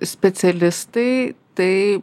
specialistai tai